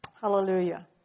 Hallelujah